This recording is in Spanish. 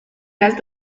las